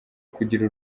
kugira